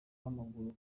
w’amaguru